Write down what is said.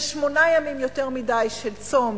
זה שמונה ימים יותר מדי של צום,